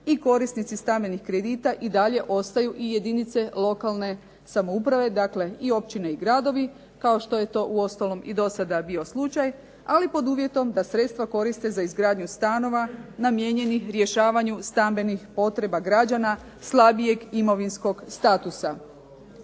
i korisnici stambenih kredita i dalje ostaju i jedinice lokalne samouprave dakle i općine i gradovi kao što je to uostalom i do sada bio slučaj, ali pod uvjetom da sredstva koriste za izgradnju stanova namijenjenih rješavanju stambenih potreba građana slabijeg imovinskog statusa.